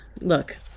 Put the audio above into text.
look